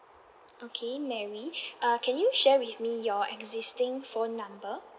okay mary uh can you share with me your existing phone number